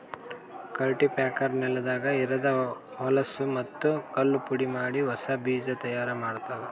cultipacker ನೆಲದಾಗ ಇರದ್ ಹೊಲಸೂ ಮತ್ತ್ ಕಲ್ಲು ಪುಡಿಮಾಡಿ ಹೊಸಾ ಬೀಜ ತೈಯಾರ್ ಮಾಡ್ತುದ